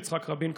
יצחק רבין,